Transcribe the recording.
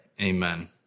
Amen